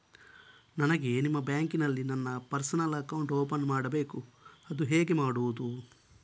ನನಗೆ ನಿಮ್ಮ ಬ್ಯಾಂಕಿನಲ್ಲಿ ನನ್ನ ಪರ್ಸನಲ್ ಅಕೌಂಟ್ ಓಪನ್ ಮಾಡಬೇಕು ಅದು ಹೇಗೆ ಮಾಡುವುದು?